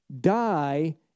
die